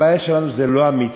הבעיה שלנו היא לא המתקן,